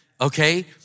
Okay